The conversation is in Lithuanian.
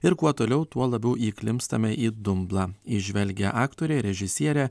ir kuo toliau tuo labiau įklimpstame į dumblą įžvelgia aktorė režisierė